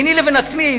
ביני לבין עצמי,